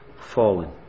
fallen